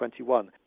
2021